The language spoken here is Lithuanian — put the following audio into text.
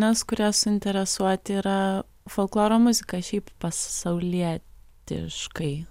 nes kurie suinteresuoti yra folkloro muzika šiaip pasaulietiškai